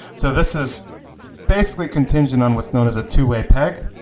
so this is basically contingent on what's known as a two-way peg.